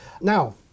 Now